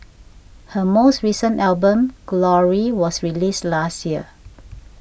her most recent album Glory was released last year